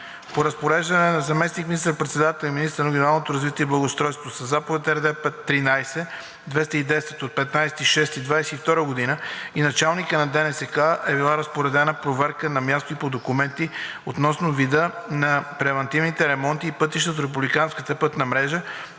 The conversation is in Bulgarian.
По разпореждане на заместник министър-председателя и министър на регионалното развитие и благоустройството със Заповед № РД-5-13-210 от 15 юни 2022 г., и началника на ДНСК, е била разпоредена проверка на място и по документи относно вида на превантивните ремонти и пътища от